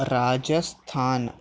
Rajasthan